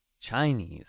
Chinese